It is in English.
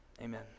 Amen